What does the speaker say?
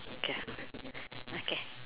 okay ya okay